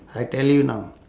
I tell you now